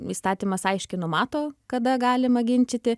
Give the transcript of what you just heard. įstatymas aiškiai numato kada galima ginčyti